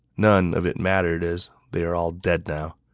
none of it mattered, as they're all dead now.